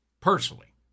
personally